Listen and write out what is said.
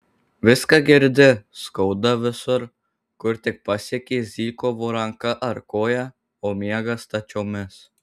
viską girdi skauda visur kur tik pasiekė zykovo ranka ar koja o miega stačiomis